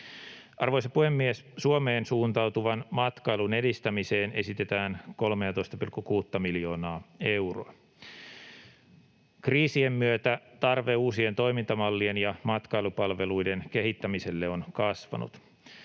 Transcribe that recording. Arvoisa puhemies! Suomeen suuntautuvan matkailun edistämiseen esitetään 13,6 miljoonaa euroa. Kriisien myötä tarve uusien toimintamallien ja matkailupalveluiden kehittämiselle on kasvanut.